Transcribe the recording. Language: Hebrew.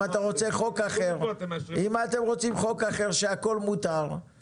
אם אתה רוצה חוק אחר שהכול מותר,